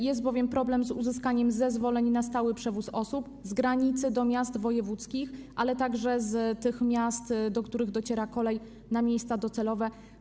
Jest bowiem problem z uzyskaniem zezwoleń na stały przewóz osób z granicy do miast wojewódzkich, ale także z tych miast, do których dociera kolej, w miejsca docelowe.